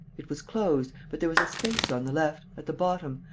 it was closed, but there was a space on the left, at the bottom,